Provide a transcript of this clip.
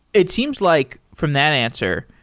it seems like, from that answer,